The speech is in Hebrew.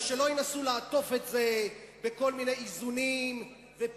שלא ינסו לעטוף את זה בכל מיני איזונים ופיצויים.